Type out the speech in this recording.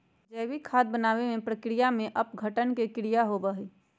जैविक खाद बनावे के प्रक्रिया में अपघटन के क्रिया होबा हई